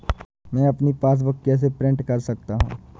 मैं अपनी पासबुक कैसे प्रिंट कर सकता हूँ?